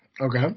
Okay